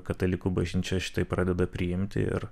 katalikų bažnyčia šitai pradeda priimti ir